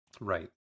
Right